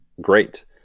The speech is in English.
great